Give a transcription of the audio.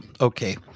okay